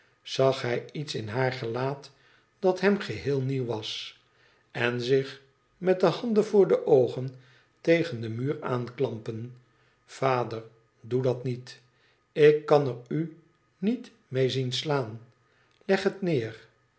zag hij iets in haar gelaat dat hem geheel nieuw was en zich met de handen voor de oogen tegen den muur aanklampen vader doe dat niet ik kan er u niet mee zien slaan leg het neer